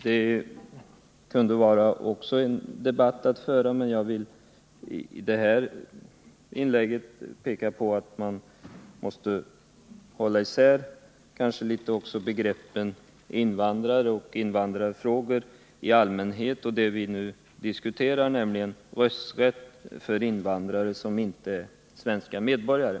Det kunde också vara en debatt att föra, men jag vill peka på att man måste hålla isär begreppen invandrare och invandrarfrågor i allmänhet och det vi nu diskuterar, nämligen rösträtt för invandrare som inte är svenska medborgare.